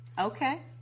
Okay